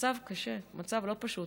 המצב קשה, המצב לא פשוט.